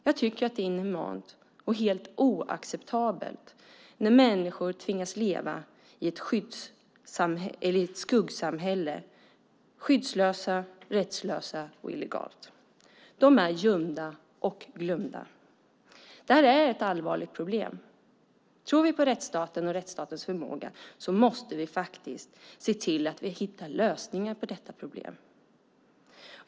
Jag tycker att det är inhumant och helt oacceptabelt när människor tvingas leva i ett skuggsamhälle, skyddslösa, rättslösa och illegalt. De är gömda och glömda. Det här är ett allvarligt problem. Om vi tror på rättsstaten och rättsstatens förmåga måste vi faktiskt se till att vi hittar lösningar på detta problem.